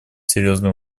серьезной